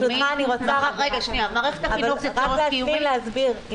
ברשותכם, תנו לי דקה אחת להסביר.